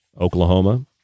Oklahoma